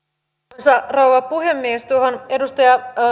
arvoisa rouva puhemies tuohon edustaja